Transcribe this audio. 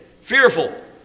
Fearful